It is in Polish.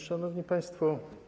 Szanowni Państwo!